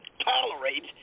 tolerate